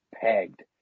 pegged